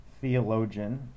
theologian